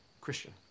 Christian